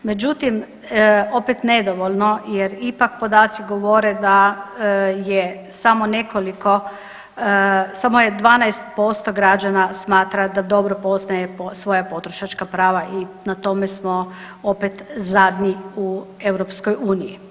Međutim, opet nedovoljno jer ipak podaci govore da je samo nekoliko, samo 12% građana smatra da dobro poznaje svoja potrošačka prava i na tome smo opet zadnji u EU.